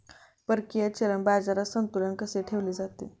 परकीय चलन बाजारात संतुलन कसे ठेवले जाते?